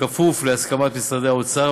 כפוף להסכמת משרד האוצר,